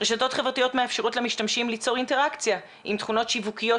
רשתות חברתיות מאפשרות למשתמשים ליצור אינטראקציה עם תכונות שיווקיות